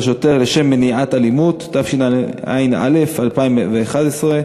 התחרות), התשע"ב 2012,